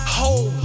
Whole